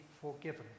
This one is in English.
forgiven